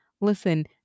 Listen